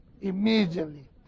immediately